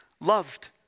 loved